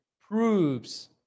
proves